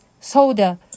Soda